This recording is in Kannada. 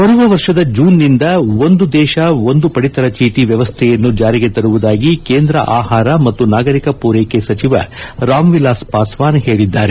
ಬರುವ ವರ್ಷದ ಜೂನ್ನಿಂದ ಒಂದು ದೇಶ ಒಂದು ಪಡಿತರ ಚೇಟಿ ವ್ಯವಸ್ಥೆಯನ್ನು ಜಾರಿಗೆ ತರುವುದಾಗಿ ಕೇಂದ್ರ ಆಹಾರ ಮತ್ತು ನಾಗರಿಕ ಪೂರೈಕೆ ಸಚಿವ ರಾಮ್ ವಿಲಾಸ್ ಪಾಸ್ವಾನ್ ಹೇಳಿದ್ದಾರೆ